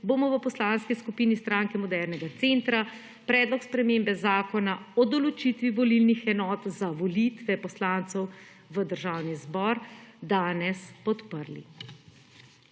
bomo v Poslanski skupini Stranke modernega centra predlog spremembe zakona o določitvi volilnih enot za volitve poslancev v Državni o zbor danes podprli.